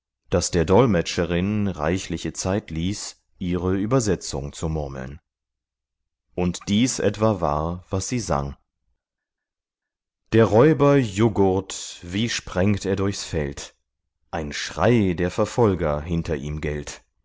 das der dolmetscherin reichliche zeit ließ ihre übersetzung zu murmeln und dies etwa war was sie sang der räuber juggurt wie sprengt er durchs feld ein schrei der verfolger hinter ihm gellt